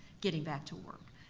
getting back to work,